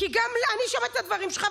אני שמעתי את הדברים שלך,